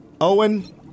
Owen